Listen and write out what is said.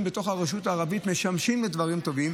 בתוך הרשות הערבית משמשים לדברים טובים.